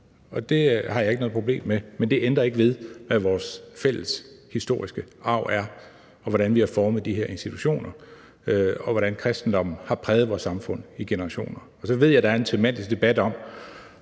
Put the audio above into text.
og det har jeg ikke noget problem med, men det ændrer ikke ved, hvad vores fælles historiske arv er, hvordan vi har formet de her institutioner, og hvordan kristendommen har præget vores samfund i generationer. Jeg ved godt, at der er en semantisk debat om,